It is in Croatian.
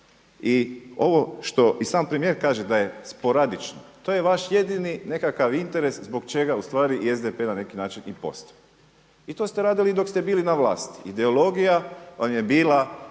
I ovo što i sam premijer kaže da je sporadično, to je vaš jedini nekakav interes zbog čega ustvari i SDP na neki način i postoji. I to ste radili i dok ste bili na vlasti, ideologija vam je bila